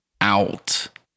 out